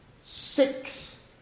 six